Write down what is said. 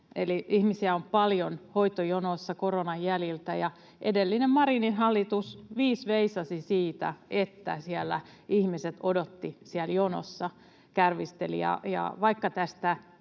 ihmisiä on paljon hoitojonossa koronan jäljiltä, ja edellinen hallitus, Marinin hallitus, viis veisasi siitä, että siellä ihmiset odottivat, siellä jonossa kärvistelivät,